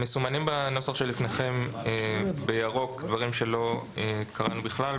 מסומנים בנוסח שלפניכם בירוק דברים שלא קראנו בכלל,